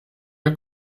der